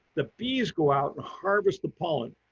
the bees go out and harvest the pollen,